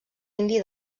indi